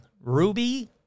Ruby